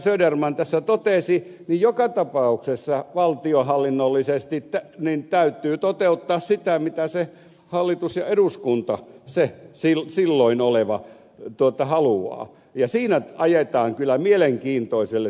söderman tässä totesi valtionhallinnollisesti täytyy toteuttaa sitä mitä se hallitus ja eduskunta se silloin oleva haluaa niin siinä ajetaan kyllä mielenkiintoiselle törmäyskurssille